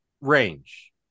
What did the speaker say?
range